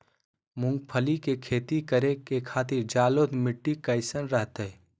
मूंगफली के खेती करें के खातिर जलोढ़ मिट्टी कईसन रहतय?